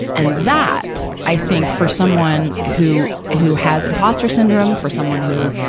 and that, i think for someone who, who has imposter syndrome, for someone who,